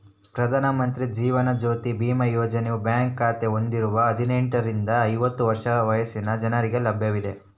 ಪ್ರಧಾನ ಮಂತ್ರಿ ಜೀವನ ಜ್ಯೋತಿ ಬಿಮಾ ಯೋಜನೆಯು ಬ್ಯಾಂಕ್ ಖಾತೆ ಹೊಂದಿರುವ ಹದಿನೆಂಟುರಿಂದ ಐವತ್ತು ವರ್ಷ ವಯಸ್ಸಿನ ಜನರಿಗೆ ಲಭ್ಯವಿದೆ